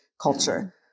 culture